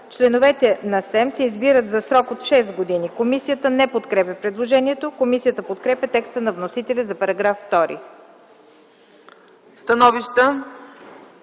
Членовете на СЕМ се избират за срок от шест години.” Комисията не подкрепя предложението. Комисията подкрепя текста на вносителя за § 2.